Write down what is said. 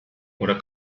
oder